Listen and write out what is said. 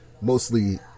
mostly